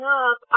up